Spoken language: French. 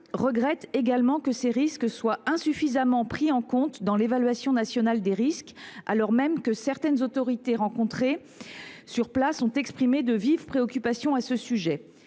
regrette également que ce risque soit insuffisamment pris en compte dans l’analyse nationale des risques, alors même que certaines autorités rencontrées sur place ont exprimé leur vive préoccupation à ce sujet.